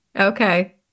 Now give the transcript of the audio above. Okay